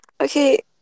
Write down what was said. Okay